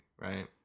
right